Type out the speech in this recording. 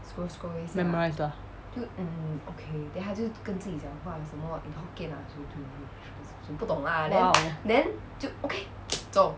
memorise lah !wow!